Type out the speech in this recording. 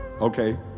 Okay